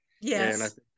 Yes